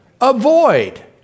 Avoid